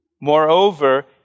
Moreover